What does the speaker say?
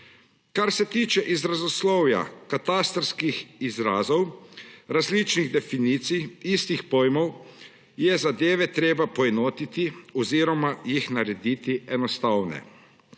Kar se tiče izrazoslovja, katastrskih izrazov, različnih definicij istih pojmov, je zadeve treba poenotiti oziroma jih narediti enostavne.